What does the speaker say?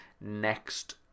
next